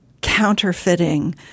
counterfeiting